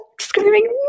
screaming